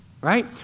Right